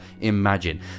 imagine